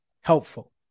helpful